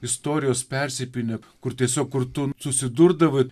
istorijos persipynė kur tiesiog kur tu susidurdavai